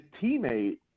teammate